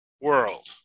World